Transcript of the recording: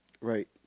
Right